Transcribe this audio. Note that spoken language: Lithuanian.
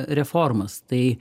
reformas tai